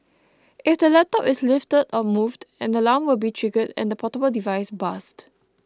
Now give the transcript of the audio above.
if the laptop is lifted or moved an alarm will be triggered and the portable device buzzed